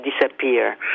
disappear